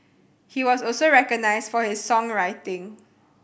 he was also recognised for his songwriting